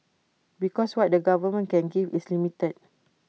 because what the government can give is limited